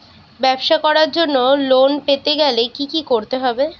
ব্যবসা করার জন্য লোন পেতে গেলে কি কি করতে হবে?